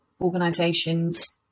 organizations